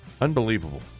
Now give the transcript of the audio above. Unbelievable